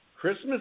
Christmas